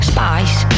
Spice